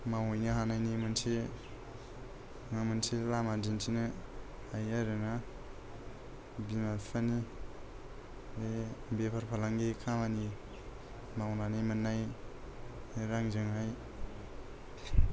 मावहैनो हानायनि मोनसे बा मोनसे लामा दिनथिनो हायो आरोना बिमा बिफानि बे बेफार फालांगि खामानि मावनानै मोननाय रांजोंहाय